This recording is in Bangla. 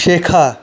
শেখা